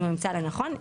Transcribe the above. אם הוא ימצא לנכון,